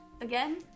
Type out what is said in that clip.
again